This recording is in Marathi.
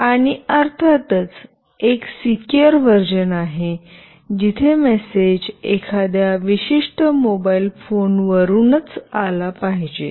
आणि अर्थातच एक सिक्युर व्हर्जन जिथे मेसेज एखाद्या विशिष्ट मोबाइल फोन वरूनच आला पाहिजे